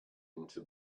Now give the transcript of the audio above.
into